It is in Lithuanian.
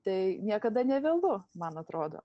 tai niekada nevėlu man atrodo